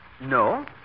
No